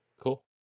Cool